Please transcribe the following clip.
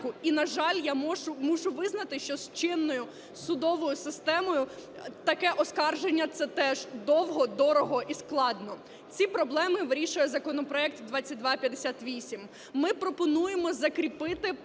І на жаль, я мушу визнати, що з чинною судовою системою таке оскарження – це теж довго, дорого і складно. Ці проблеми вирішує законопроект 2258. Ми пропонуємо закріпити